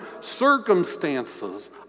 circumstances